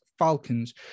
Falcons